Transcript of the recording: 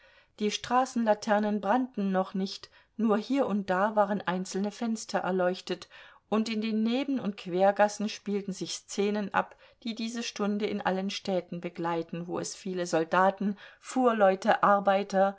die straßenlaternen brannten noch nicht nur hier und da waren einzelne fenster erleuchtet und in den neben und quergassen spielten sich szenen ab die diese stunde in allen städten begleiten wo es viele soldaten fuhrleute arbeiter